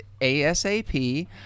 ASAP